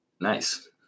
Nice